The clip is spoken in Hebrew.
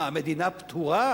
מה, המדינה פטורה?